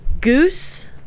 Goose